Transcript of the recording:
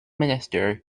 minister